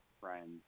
friends